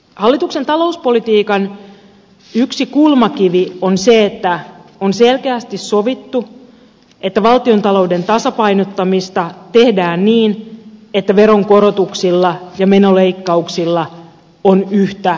hallituksen talouspolitiikan yksi kulmakivi on se että on selkeästi sovittu että valtiontalouden tasapainottamista tehdään niin että veronkorotuksilla ja menoleikkauksilla on yhtä suuri rooli